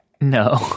No